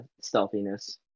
stealthiness